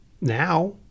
now